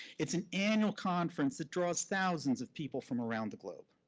it's an annual conference that draws thousands of people from around the globe.